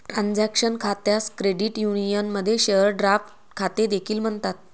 transaction खात्यास credit युनियनमध्ये share draft खाते देखील म्हणतात